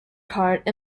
card